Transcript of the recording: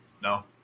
No